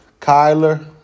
Kyler